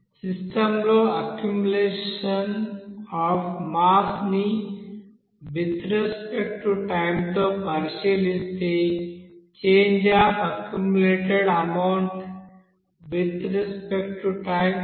system లో accumulate of mass ని with respect to time తో పరిశీలిస్తే change of accumulated amount with respect to time ఎంత